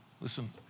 listen